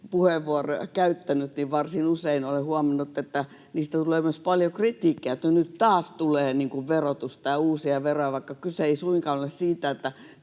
puheenvuoroja käyttänyt ja varsin usein olen huomannut, että niistä tulee myös paljon kritiikkiä, että nyt taas tulee verotusta ja uusia veroja, vaikka kyse ei suinkaan ole siitä, että